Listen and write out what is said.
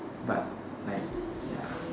but like ya